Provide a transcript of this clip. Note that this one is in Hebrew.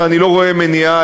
ואני לא רואה מניעה,